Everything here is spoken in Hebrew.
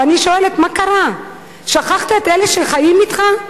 ואני שואלת, מה קרה, שכחת את אלה שחיים אתך?